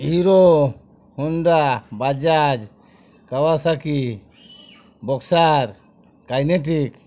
Hero Honda Bajaj Kawasaki boxer kinetic